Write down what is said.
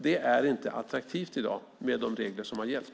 Det är inte attraktivt i dag med de regler som har gällt.